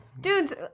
Dudes